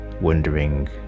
wondering